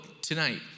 tonight